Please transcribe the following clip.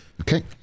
Okay